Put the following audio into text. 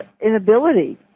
inability